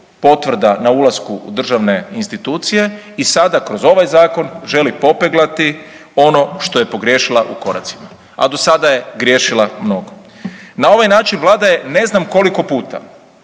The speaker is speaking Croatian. potvrda na ulasku u državne institucije i sada kroz ovaj zakon želi popeglati ono što je pogriješila u koracima, a do sada je griješila mnogo. Na ovaj način vlada je ne znam koliko puta